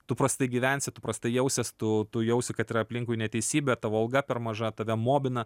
tu prastai gyvensi tu prastai jausies tu tu jausi kad yra aplinkui neteisybė tavo alga per maža tave mobina